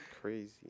Crazy